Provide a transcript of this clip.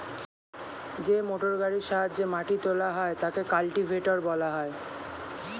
যে মোটরগাড়ির সাহায্যে মাটি তোলা হয় তাকে কাল্টিভেটর বলা হয়